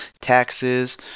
taxes